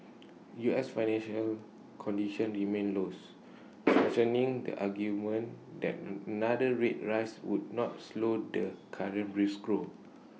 U S financial conditions remain loose strengthening the argument that another rate rise would not slow the current brisk growth